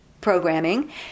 programming